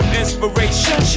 inspiration